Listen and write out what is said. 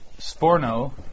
sporno